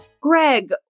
Greg